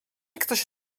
ktoś